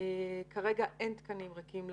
כרגע אין תקנים ריקים לרופאים.